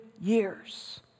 years